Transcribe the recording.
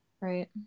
right